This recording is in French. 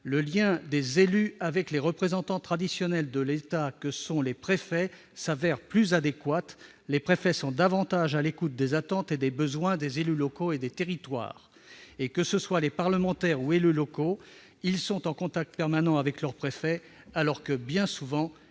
Le lien des élus avec les représentants traditionnels de l'État que sont les préfets s'avère plus adéquat, ceux-ci étant davantage à l'écoute des attentes et des besoins des élus locaux et des territoires. Les parlementaires et les élus locaux sont en effet en contact permanent avec les préfets, alors qu'ils sont